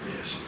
Yes